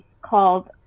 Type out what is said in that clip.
called